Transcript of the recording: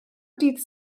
dydd